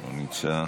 לא נמצא,